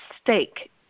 stake